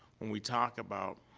when we talk about,